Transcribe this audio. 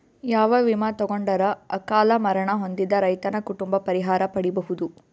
ಯಾವ ವಿಮಾ ತೊಗೊಂಡರ ಅಕಾಲ ಮರಣ ಹೊಂದಿದ ರೈತನ ಕುಟುಂಬ ಪರಿಹಾರ ಪಡಿಬಹುದು?